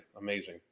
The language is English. Amazing